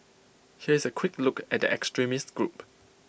here is A quick look at the extremist group